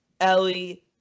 Ellie